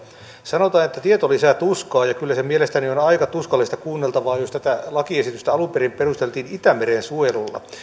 sanotaan että tieto lisää tuskaa ja kyllä se mielestäni on on aika tuskallista kuunneltavaa jos tätä lakiesitystä alun perin perusteltiin itämeren suojelulla